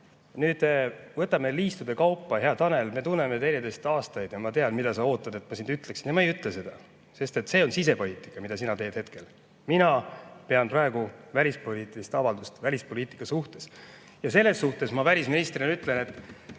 Nüüd, võtame liistude kaupa. Hea Tanel, me tunneme teineteist aastaid ja ma tean, mida sa ootad, et ma siin ütleksin. Ma ei ütle seda, sest see on sisepoliitika, mida sina hetkel teed. Mina teen praegu välispoliitilist avaldust välispoliitika kohta ja selles suhtes ma välisministrina ütlen, et